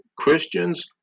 Christians